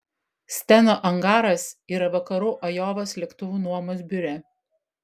steno angaras yra vakarų ajovos lėktuvų nuomos biure